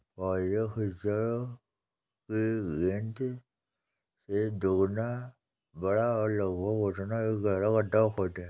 पौधे की जड़ की गेंद से दोगुना बड़ा और लगभग उतना ही गहरा गड्ढा खोदें